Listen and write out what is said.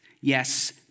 Yes